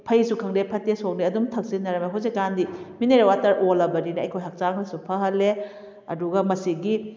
ꯐꯩꯁꯨ ꯈꯪꯗꯦ ꯐꯠꯇꯦꯁꯨ ꯈꯪꯗꯦ ꯑꯗꯨꯝ ꯊꯛꯆꯤꯟꯅꯔꯝꯃꯤ ꯍꯧꯖꯤꯛ ꯀꯥꯟꯗꯤ ꯃꯤꯅꯔꯦꯜ ꯋꯥꯇꯔ ꯑꯣꯜꯂꯕꯅꯤꯅ ꯑꯩꯈꯣꯏ ꯍꯛꯆꯥꯡꯗꯁꯨ ꯐꯍꯜꯂꯦ ꯑꯗꯨꯒ ꯃꯁꯤꯒꯤ